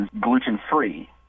gluten-free